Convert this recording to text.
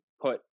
put